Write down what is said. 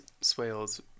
swales